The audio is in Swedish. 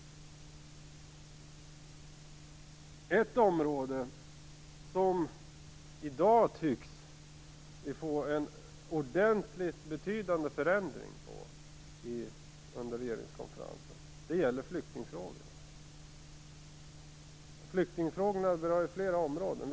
Ett område som vi tycks få en betydande förändring på under regeringskonferensen är flyktingfrågan. Flyktingfrågorna berör fler områden.